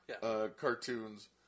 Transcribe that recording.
cartoons